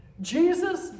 Jesus